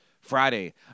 Friday